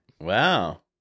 Wow